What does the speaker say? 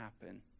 happen